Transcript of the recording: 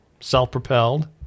self-propelled